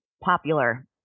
popular